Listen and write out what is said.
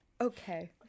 Okay